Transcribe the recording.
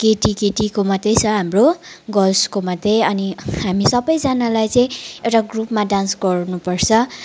केटी केटीको मात्रै छ हाम्रो गर्लस्को मात्रै अनि हामी सबैजनालाई चाहिँ एउटा ग्रुपमा डान्स गर्नुपर्छ